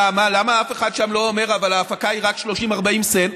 למה אף אחד שם לא אומר: אבל ההפקה היא רק 30 40 סנט?